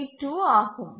82 ஆகும்